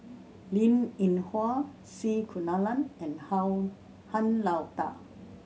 Linn In Hua C Kunalan and Han Lao Da